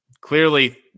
clearly